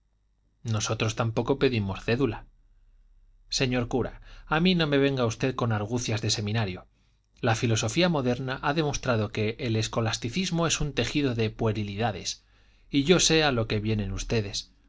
nosotros tampoco pedimos cédula señor cura a mí no me venga usted con argucias de seminario la filosofía moderna ha demostrado que el escolasticismo es un tejido de puerilidades y yo sé a lo que vienen ustedes